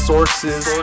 sources